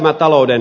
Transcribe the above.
miksi